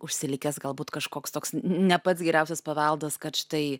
užsilikęs galbūt kažkoks toks ne pats geriausias paveldas kad štai